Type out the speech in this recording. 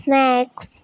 snakes